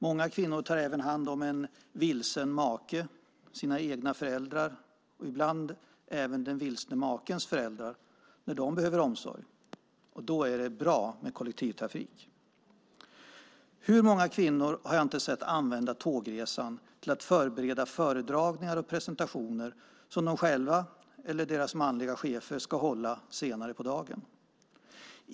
Många kvinnor tar även hand om en vilsen make, sina egna föräldrar och ibland även den vilsne makens föräldrar när de behöver omsorg. Då är det bra med kollektivtrafik. Hur många kvinnor har jag inte sett använda tågresan till att förbereda föredragningar och presentationer som de själva eller deras manliga chefer ska hålla senare på dagen?